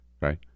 Right